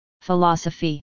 Philosophy